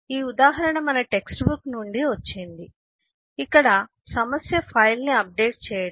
ఈ ఉదాహరణ మన టెక్స్ట్ బుక్ నుండి వచ్చింది కాబట్టి ఇక్కడ సమస్య ఫైల్ను అప్డేట్ చేయడం